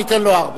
אני אתן לו ארבע.